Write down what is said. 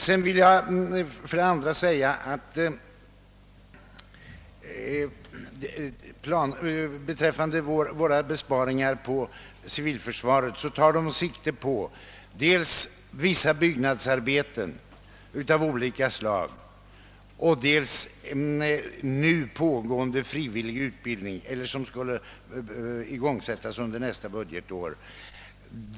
Vidare vill jag säga att våra förslag till besparingar inom civilförsvaret tar sikte dels på vissa byggnadsarbeten av olika slag, dels på frivillig utbildning som skulle igångsättas under nästa budgetår.